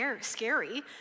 scary